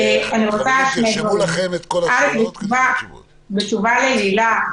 יושב-הראש, בתשובה ללילך,